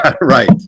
Right